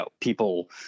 people—